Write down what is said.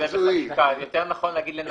יותר נכון להגיד לנתק.